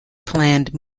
planned